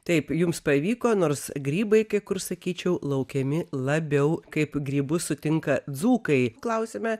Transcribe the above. taip jums pavyko nors grybai kai kur sakyčiau laukiami labiau kaip grybus sutinka dzūkai klausiame